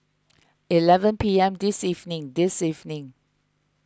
eleven P M this evening this evening